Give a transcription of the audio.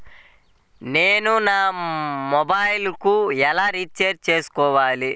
నేను నా మొబైల్కు ఎలా రీఛార్జ్ చేసుకోవాలి?